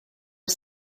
are